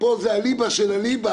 פה זה הליב"ה של הליב"ה,